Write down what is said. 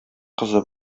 кызы